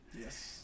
Yes